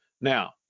Now